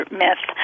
myth